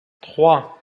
trois